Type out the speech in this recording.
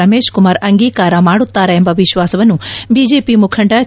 ರಮೇಶ್ ಕುಮಾರ್ ಅಂಗೀಕಾರ ಮಾಡುತ್ತಾರೆ ಎಂಬ ವಿಶ್ವಾಸವನ್ನು ಬಿಜೆಪಿ ಮುಖಂಡ ಕೆ